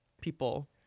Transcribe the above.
people